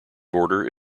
border